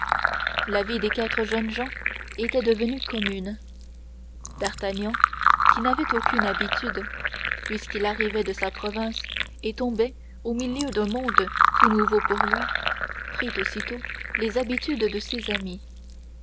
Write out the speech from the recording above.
la vie des quatre jeunes gens était devenue commune d'artagnan qui n'avait aucune habitude puisqu'il arrivait de sa province et tombait au milieu d'un monde tout nouveau pour lui prit aussitôt les habitudes de ses amis